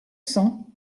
cents